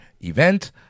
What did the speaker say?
event